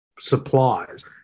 supplies